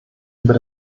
über